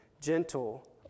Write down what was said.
gentle